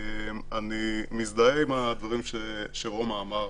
אני לא רוצה לנהוג ברכבת שכל רגע ישימו לי קרון